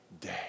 day